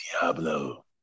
Diablo